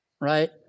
right